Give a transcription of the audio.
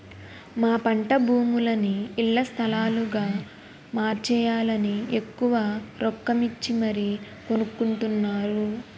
మా పంటభూములని ఇళ్ల స్థలాలుగా మార్చేయాలని ఎక్కువ రొక్కమిచ్చి మరీ కొనుక్కొంటున్నారు